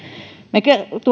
me